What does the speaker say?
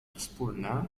wspólna